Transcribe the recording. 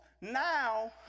now